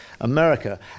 america